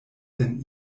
sen